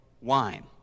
wine